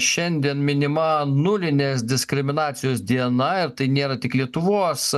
šiandien minima nulinės diskriminacijos diena ir tai nėra tik lietuvos